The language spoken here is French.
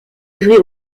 livrés